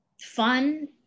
fun